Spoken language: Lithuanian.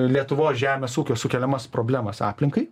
lietuvos žemės ūkio sukeliamas problemas aplinkai